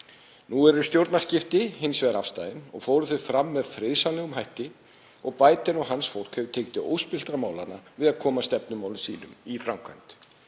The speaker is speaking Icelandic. Nú eru stjórnarskipti hins vegar afstaðin og fóru þau fram með friðsamlegum hætti og Biden og hans fólk hefur tekið til óspilltra málanna við að koma stefnumálum sínum í framkvæmd.